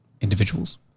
individuals